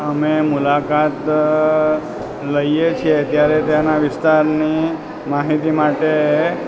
અમે મુલાકાત લઈએ છીએ ત્યારે ત્યાંનાં વિસ્તારની માહિતી માટે